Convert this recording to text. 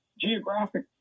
geographic